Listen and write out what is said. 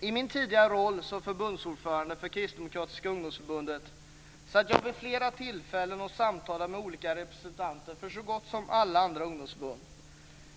I min tidigare roll som förbundsordförande för Kristdemokratiska ungdomsförbundet samtalade jag vid flera tillfällen med representanter från så gott som alla andra ungdomsförbund.